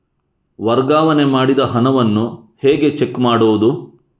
ವರ್ಗಾವಣೆ ಮಾಡಿದ ಹಣವನ್ನು ಹೇಗೆ ಚೆಕ್ ಮಾಡುವುದು?